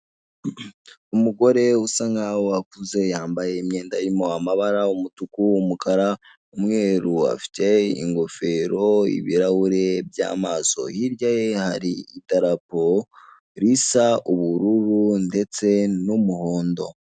Umugore usa nkaho akuze yambaye imyenda irimo amabara; umutuku, umukara, umweru. Afite ingofero, ibirahure by'amaso hirya ye hari idarapo risa ubururu ndetse n'umuhondo.